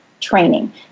training